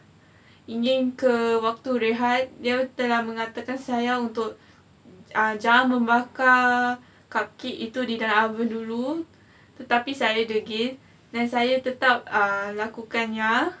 ingin ke waktu rehat dia telah mengatakan saya untuk jangan membakar cupcake itu di dalam oven tetapi saya degil then saya tetap uh lakukannya